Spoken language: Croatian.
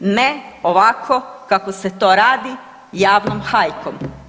Ne ovako kako se to radi javnom hajkom.